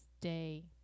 Day